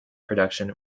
production